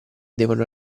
devono